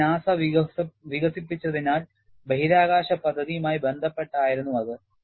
ഇത് നാസ വികസിപ്പിച്ചതിനാൽ ബഹിരാകാശ പദ്ധതിയുമായി ബന്ധപ്പെട്ടായിരുന്നു അത്